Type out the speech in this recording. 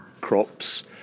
crops